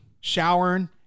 showering